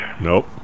Nope